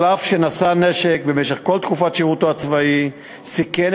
אף שנשא נשק במשך כל תקופת שירותו הצבאי וסיכן